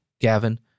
Gavin